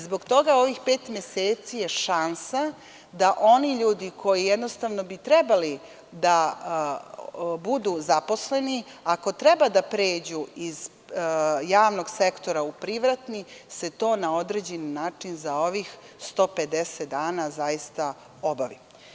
Zbog toga je ovih pet meseci šansa da oni ljudi koji bi jednostavno trebali da budu zaposleni, ako treba da pređu iz javnog sektora u privatni, da se to na određeni način za ovih 150 dana zaista obavi.